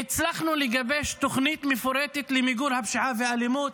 והצלחנו לגבש תוכנית מפורטת למיגור הפשיעה והאלימות.